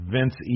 Vince